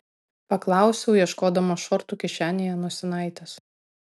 paklausiau ieškodama šortų kišenėje nosinaitės